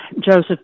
Joseph